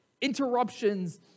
Interruptions